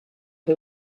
who